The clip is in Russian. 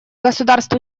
государств